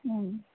ಹ್ಞೂ